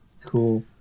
Cool